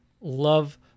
love